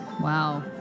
Wow